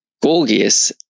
Gorgias